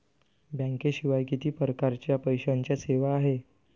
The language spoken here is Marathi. बँकेशिवाय किती परकारच्या पैशांच्या सेवा हाय?